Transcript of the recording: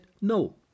no